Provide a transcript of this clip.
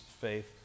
faith